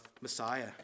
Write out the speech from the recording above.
Messiah